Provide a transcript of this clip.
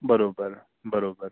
बरोबर बरोबर